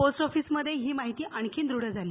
post ऑफिसमध्ये ही माहिती आणखी द्रढ झाली